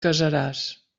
casaràs